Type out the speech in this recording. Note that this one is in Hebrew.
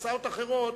וההצעות האחרות